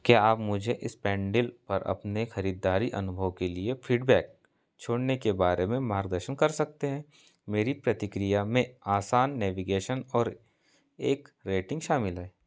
क्या आप मुझे स्नैपडील पर अपने खरीदारी अनुभव के लिए फ़ीडबैक छोड़ने के बारे में मार्गदर्शन कर सकते हैं मेरी प्रतिक्रिया में आसान नेविगेशन और एक रेटिन्ग शामिल है